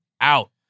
out